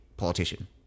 politician